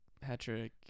Patrick